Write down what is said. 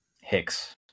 Hicks